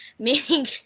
Meaning